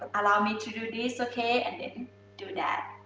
allow me to do this, okay and then do that.